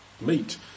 meet